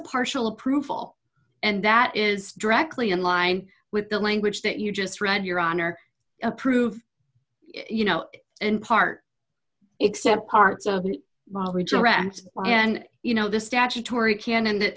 partial approval and that is directly in line with the language that you just read your honor approved you know in part except parts dreamt and you know the statutory can